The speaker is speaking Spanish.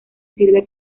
sirve